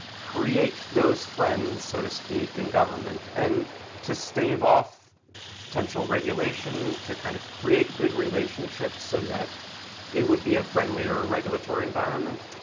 create those friends, so to speak, in government and to stave off potential regulation to kind of create good relationships so that it would be a friendlier regulatory environment?